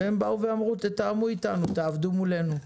לכן הם באו ואמרו: תתאמו איתנו, תעבדו מולנו.